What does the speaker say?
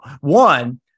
One